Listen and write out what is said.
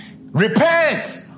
repent